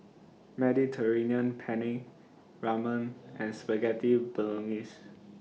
Mediterranean Penne Ramen and Spaghetti Bolognese